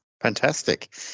Fantastic